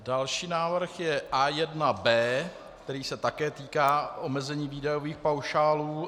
Další návrh je A1B, který se také týká omezení výdajových paušálů.